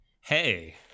hey